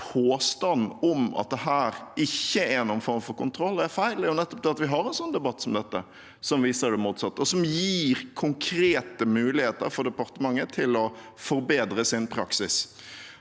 påstanden om at dette ikke er noen form for kontroll, er feil. Det at vi har en debatt som dette, viser nettopp det motsatte, og gir konkrete muligheter for departementet til å forbedre sin praksis.